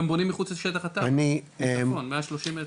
אתם גם בונים מחוץ לשטח התב"ע --- 130 מ'.